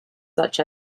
such